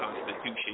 constitution